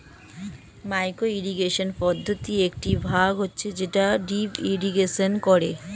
micro irrigation পদ্ধতির একটি ভাগ হচ্ছে যেটা ড্রিপ ইরিগেশন করে